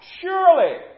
Surely